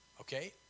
okay